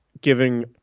giving